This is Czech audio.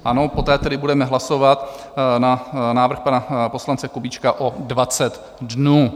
Ano, poté tedy budeme hlasovat na návrh pana poslance Kubíčka o 20 dnů.